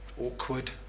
awkward